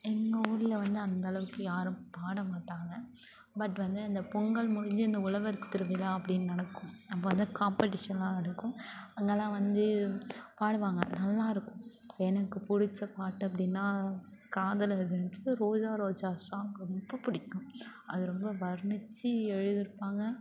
எங்கள் ஊரில் வந்து அந்தளவுக்கு யாரும் பாடமாட்டாங்க பட் வந்து இந்த பொங்கல் முடிஞ்சு இந்த உழவர் திருவிழா அப்படின்னு நடக்கும் அப்போ வந்து காம்பட்டீஷன்லாம் நடக்கும் அங்கெல்லாம் வந்து பாடுவாங்க நல்லா இருக்கும் எனக்கு பிடிச்ச பாட்டு அப்படின்னா காதலர் தினத்தில் ரோஜா ரோஜா சாங் ரொம்ப பிடிக்கும் அது ரொம்ப வர்ணித்து எழுதியிருப்பாங்க